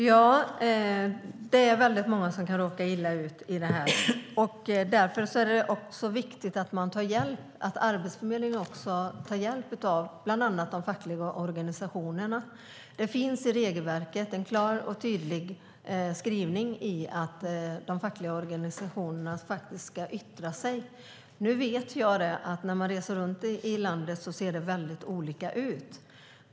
Fru talman! Det är många som kan råka illa ut här. Därför är det viktigt att Arbetsförmedlingen tar hjälp av bland annat de fackliga organisationerna. Det finns en klar och tydlig skrivning i regelverket om att de fackliga organisationerna ska yttra sig. Men det ser väldigt olika ut i landet.